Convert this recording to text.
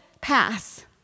pass